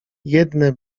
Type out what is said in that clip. jedne